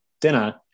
dinner